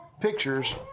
pictures